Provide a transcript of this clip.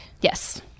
Yes